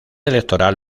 electoral